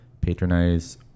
patronize